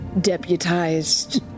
deputized